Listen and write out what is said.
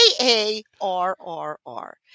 A-A-R-R-R